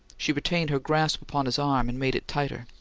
she retained her grasp upon his arm, and made it tighter.